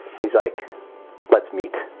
he's like let's meet.